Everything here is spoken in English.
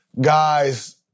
guys